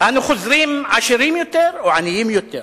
"אנחנו חוזרים עשירים יותר או עניים יותר,